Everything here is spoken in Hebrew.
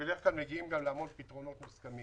בדרך כלל אנחנו מגיעים להמון פתרונות מוסכמים